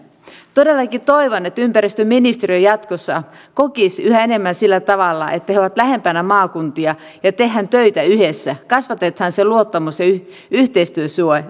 todellakin toivon että ympäristöministeriö jatkossa kokisi yhä enemmän sillä tavalla että he ovat lähempänä maakuntia ja että tehdään töitä yhdessä kasvatetaan se luottamus ja yhteistyösuhde